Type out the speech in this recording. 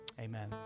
Amen